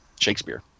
Shakespeare